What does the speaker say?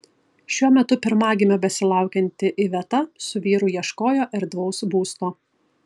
šiuo metu pirmagimio besilaukianti iveta su vyru ieškojo erdvaus būsto